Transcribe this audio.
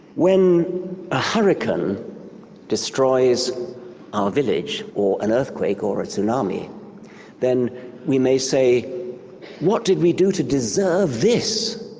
when a hurricane destroys our village, or an earthquake, or a tsunami then we may say what did we do to deserve this?